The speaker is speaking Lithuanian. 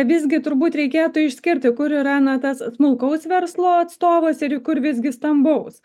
visgi turbūt reikėtų išskirti kur yra na tas smulkaus verslo atstovas ir kur visgi stambaus